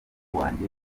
wanjye